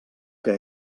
que